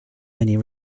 many